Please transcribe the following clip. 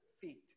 feet